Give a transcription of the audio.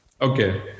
okay